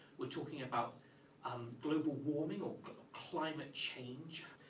we're talking about um global warming or climate change.